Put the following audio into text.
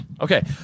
Okay